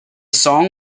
song